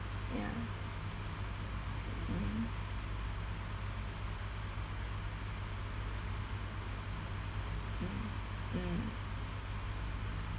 ya mm mm